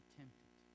tempted